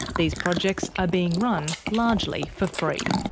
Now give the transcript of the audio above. these projects are being run largely for free.